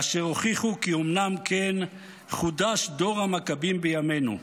אשר הוכיחו כי אומנם כן חודש דור המכבים בימינו.